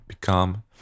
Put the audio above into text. become